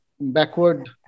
backward